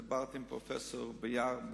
דיברתי עם פרופסור ביאר,